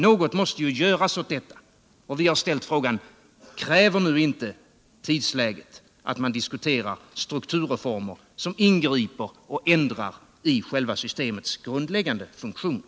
Någonting måste göras åt detta, och vi har därför ställt frågan: Kräver inte tidsläget att man nu diskuterar strukturreformer som ingriper i och ändrar själva systemets grundläggande funktioner?